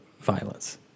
violence